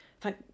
thank